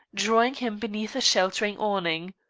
drawing him beneath a sheltering awning.